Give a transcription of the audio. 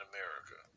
America